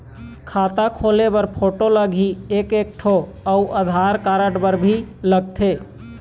खाता खोले बर फोटो लगही एक एक ठो अउ आधार कारड भी लगथे?